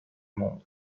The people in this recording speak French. monde